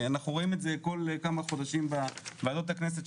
אנחנו רואים את זה כל כמה חודשים בוועדות הכנסת,